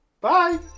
Bye